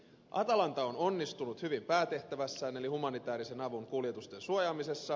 atalanta on onnistunut hyvin päätehtävässään eli humanitäärisen avun kuljetusten suojaamisessa